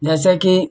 जैसे कि